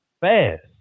Fast